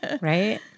right